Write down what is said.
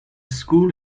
school